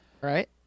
Right